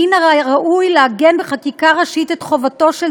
מן הראוי לעגן בחקיקה ראשית את חובתו של